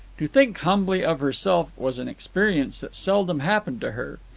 to think humbly of herself was an experience that seldom happened to her.